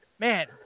Man